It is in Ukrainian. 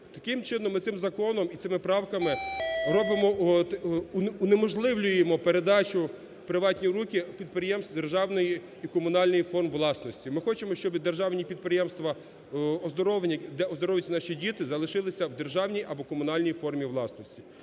Таким чином ми цим законом і цими правками робимо, унеможливлюємо передачу в приватні руки підприємств державної і комунальної форм власності. Ми хочемо, щоби державні підприємства оздоровні, де оздоровлюються наші діти, залишилися в державній або комунальній формі власності.